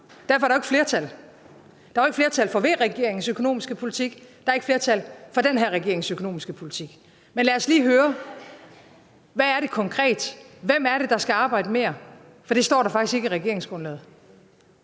derfor er der jo ikke flertal. Der var ikke flertal for V-regeringens økonomiske politik, og der er ikke flertal for den her regerings økonomiske politik. Men lad os lige høre: Hvem er det konkret, der skal arbejde mere? For det står der faktisk ikke i regeringsgrundlaget.